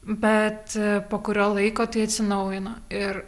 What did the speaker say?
bet po kurio laiko tai atsinaujino ir